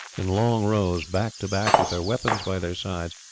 in long rows back to back with their weapons by their sides,